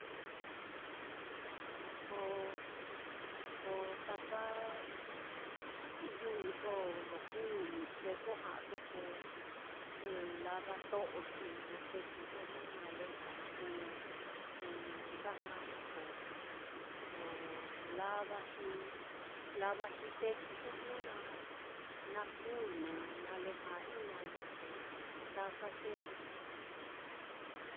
Ko ko taka yu'uso lo kuu mixteco ja'aso ko lava to'o, xi ña tekuso jnu nale ja kuu kuu nda ja'ai koo ko lava xi lava xi tekuso jnu na na kuu, nale ja'ai, taka tekuso.